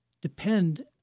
depend